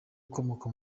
akomoka